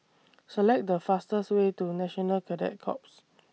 Select The fastest Way to National Cadet Corps